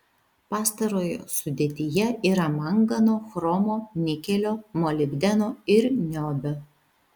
pastarojo sudėtyje yra mangano chromo nikelio molibdeno ir niobio